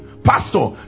Pastor